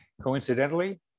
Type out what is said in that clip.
coincidentally